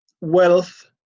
wealth